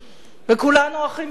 וכולנו אחים ואחיות,